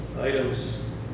items